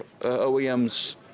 OEMs